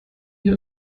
hier